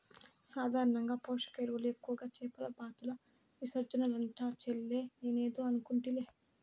సాధారణంగా పోషక ఎరువులు ఎక్కువగా చేపల బాతుల విసర్జనలంట చెల్లే నేనేదో అనుకుంటిలే